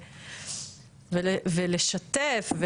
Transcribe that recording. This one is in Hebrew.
ולשתף,